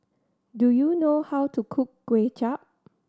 do you know how to cook Kuay Chap